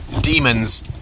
demons